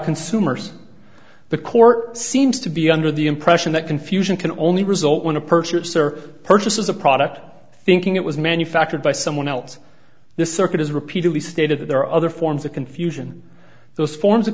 consumers the court seems to be under the impression that confusion can only result when a purchaser purchases a product thinking it was manufactured by someone else this circuit has repeatedly stated that there are other forms of confusion those forms of